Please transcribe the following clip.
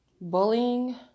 bullying